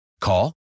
call